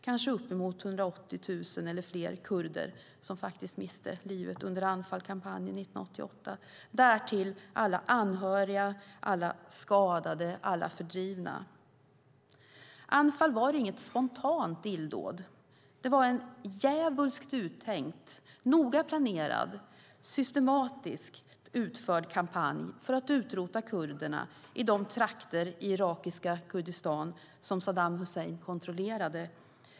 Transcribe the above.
Kanske uppemot 180 000 eller fler kurder miste faktiskt livet under Anfalkampanjen 1988, därtill alla anhöriga, alla skadade, alla fördrivna. Anfal var inget spontant illdåd. Det var en djävulskt uttänkt, noga planerad, systematiskt utförd kampanj för att utrota kurderna i de trakter i irakiska Kurdistan som Saddam Hussein kontrollerade.